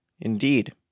Indeed